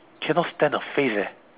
cannot stand her face eh